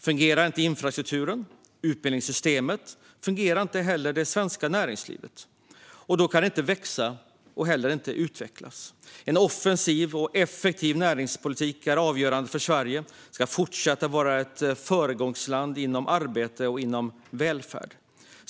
Fungerar inte infrastrukturen och utbildningssystemet fungerar inte heller det svenska näringslivet, och då kan det inte växa och utvecklas. En offensiv och effektiv näringspolitik är avgörande för att Sverige ska fortsätta att vara ett föregångsland inom arbete och välfärd.